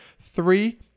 Three